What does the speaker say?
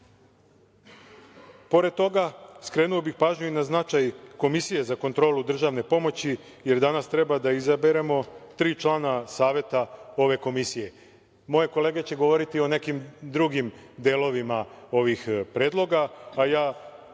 toga skrenuo bih pažnju i na značaj Komisije za kontrolu državne pomoći, jer danas treba da izaberemo tri člana Saveta ove komisije. Moje kolege će govoriti o nekim drugim delovima ovih predloga, a ja